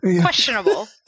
questionable